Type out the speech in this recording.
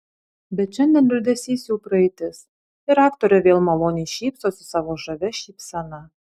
bet šiandien liūdesys jau praeitis ir aktorė vėl maloniai šypsosi savo žavia šypsena